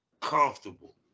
comfortable